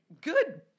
Good